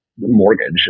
Mortgage